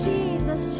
Jesus